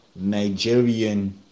Nigerian